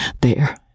There